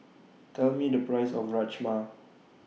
Tell Me The Price of Rajma